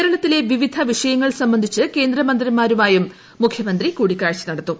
കേരളത്തിലെ വിവിധ വിഷയങ്ങൾ സംബന്ധിച്ച് കേന്ദ്ര മന്ത്രിമാരുമായും മുഖ്യമന്ത്രി കൂടിക്കാഴ്ച നട്ത്തും